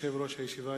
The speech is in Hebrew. ברשות יושב-ראש הישיבה,